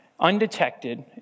undetected